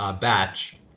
Batch